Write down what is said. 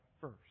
first